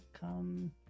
Come